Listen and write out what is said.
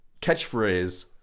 catchphrase